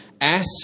Ask